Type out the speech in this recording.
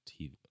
tv